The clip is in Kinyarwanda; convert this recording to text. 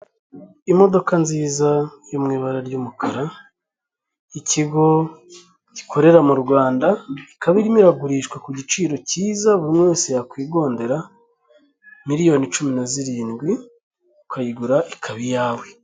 Imodoka nziza yo mu ibara ry'umukara, ikigo gikorera mu Rwanda, ikaba irimo iragurishwa ku giciro cyiza buri wese yakwigondera, miliyoni cumi na zirindwi ukayigura ikaba iyawe.